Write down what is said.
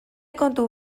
kontu